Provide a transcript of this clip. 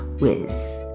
whiz